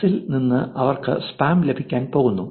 S ൽ നിന്ന് അവർക്ക് സ്പാം ലഭിക്കാൻ പോകുന്നു